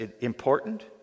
important